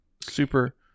super